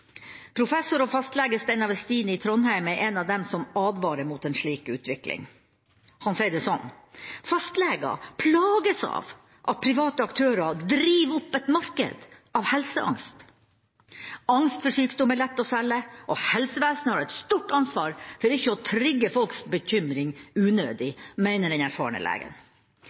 Professor og fastlege Steinar Westin i Trondheim er en av dem som advarer mot en slik utvikling. Han sier det slik: «Fastleger plages av at private aktører driver opp et marked av helseangst.» Angst for sykdom er lett å selge, og helsevesenet har et stort ansvar for ikke å trigge folks bekymring unødig, mener den erfarne legen. Det er